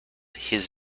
his